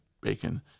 bacon